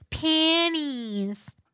panties